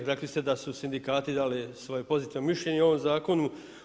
Rekli ste da su sindikati dali svoje pozitivno mišljenje o ovom zakonu.